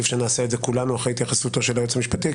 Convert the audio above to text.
שנעשה את זה כולנו אחרי התייחסותו של היועץ המשפטי.